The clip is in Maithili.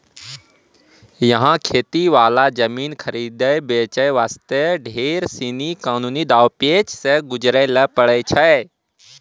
यहाँ खेती वाला जमीन खरीदै बेचे वास्ते ढेर सीनी कानूनी दांव पेंच सॅ गुजरै ल पड़ै छै